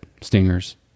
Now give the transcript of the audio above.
stingers